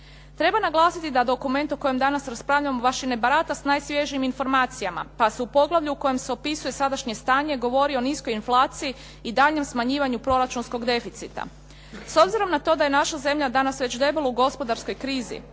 Treba naglasiti da dokument o kojem danas raspravljamo baš i ne barata sa najsvježijim informacijama, pa se u poglavlju u kojem se opisuje sadašnje stanje govori o niskoj inflaciji i daljnjem smanjivanju proračunskog deficita. S obzirom na to da je naša zemlja danas već debelo u gospodarskoj krizi